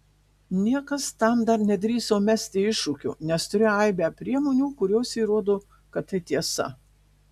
niekas tam dar nedrįso mesti iššūkio nes turiu aibę priemonių kurios įrodo kad tai tiesa